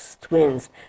twins